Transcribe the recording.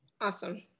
Awesome